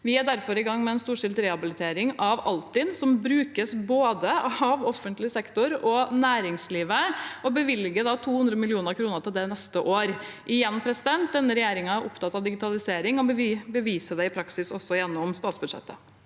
Vi er derfor i gang med en storstilt rehabilitering av Altinn, som brukes av både offentlig sektor og næringslivet, og bevilger 200 mill. kr til det neste år. Denne regjeringen er opptatt av digitalisering, og vi beviser det også i praksis gjennom statsbudsjettet.